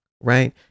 right